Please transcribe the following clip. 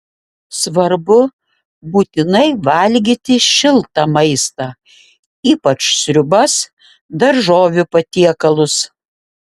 svarbu būtinai valgyti šiltą maistą ypač sriubas daržovių patiekalus